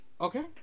okay